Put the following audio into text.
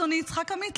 אדוני יצחק עמית.